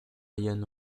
ryan